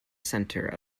center